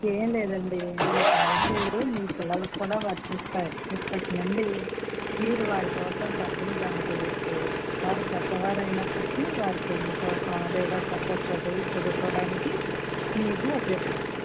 ఏమి లేదు అండి ఈ పాలసీలు మీ పిల్లలకి కూడా వర్తిస్తాయి ఇప్పటినుండి మీరు వారి కోసం డబ్బులు జమ చెయ్యచ్చు వారు పెద్ద వారు అయినప్పటికీ వారి పెళ్ళికోసం లేదా పెద్ద చదువులు చదువుకోవడానికి మీకు ఉపయోగపడతాయి